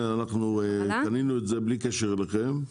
--- את זה בלי קשר אליכם.